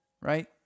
right